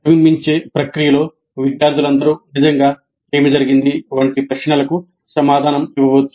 ప్రతిబింబించే ప్రక్రియలో విద్యార్థులందరూ నిజంగా ఏమి జరిగింది వంటి ప్రశ్నలకు సమాధానం ఇవ్వవచ్చు